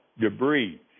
debris